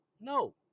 No